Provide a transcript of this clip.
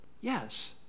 Yes